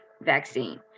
vaccine